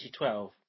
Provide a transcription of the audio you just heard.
2012